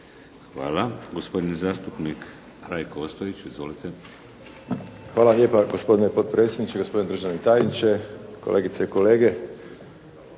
(HDZ)** Gospodin zastupnik Rajko Ostojić izvolite. **Ostojić, Rajko (SDP)** Hvala lijepo gospodine potpredsjedniče, gospodine državni tajniče, kolegice i kolege,